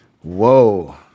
Whoa